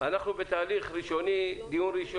אנחנו בתהליך ראשוני, הוועדה